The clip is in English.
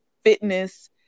fitness